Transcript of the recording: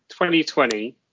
2020